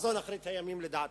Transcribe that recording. בחזון אחרית הימים לדעתי,